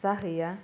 जाहैया